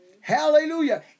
Hallelujah